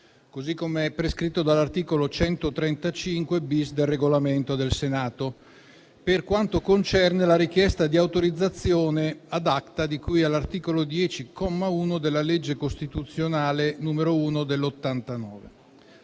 così come prescritto dall'articolo 135-*bis* del Regolamento del Senato, per quanto concerne la richiesta di autorizzazione *ad acta* di cui all'articolo 10, comma 1, della legge costituzionale n. 1 del 1989.